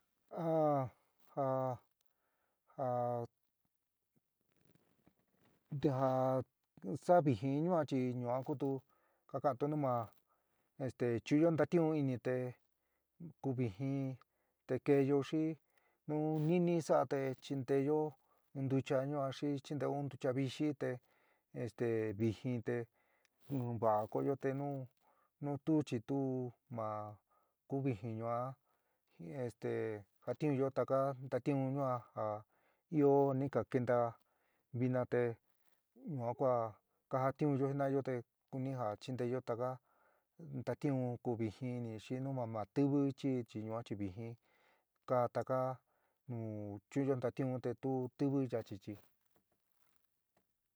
Ja ja ja sa vɨjɨn ñuan chi ñua kútu kakantó nu ma esté chuúnyo ntatiún ini te ku vɨjɨn te keéyo xi nu nɨnɨ sa'a te chintéyo in ntucha yuan xi chinteó in ntuchá vixi te este vɨjɨn te nuva'a ko'yo te nu nu tu chi tu ma ku vɨjɨn yuan esté kuatiúnyo taka ntatiún yuan ja ɨó ni ka keenta vina te yuan kua kajatiunyo jina'ayo te kuni ja chintéyo taka ntatiun ku vɨjɨn ini xi nu ma ma tivɨ chi chi yuan chi vɨjɨn ka taka nu chu'unyo ntatiún te tu tivɨ yachi chiɨ.